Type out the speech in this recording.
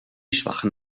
schwachen